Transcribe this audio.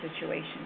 situation